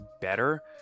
better